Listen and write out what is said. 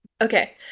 Okay